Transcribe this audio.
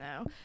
No